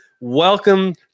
Welcome